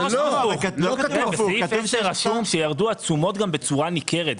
לא כתוב להיפך, כתוב שירדו התשומות בצורה ניכרת.